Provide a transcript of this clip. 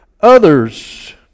others